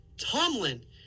Tomlin